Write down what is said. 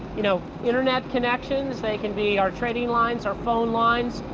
you know, internet connections they can be our trading lines, our phone lines.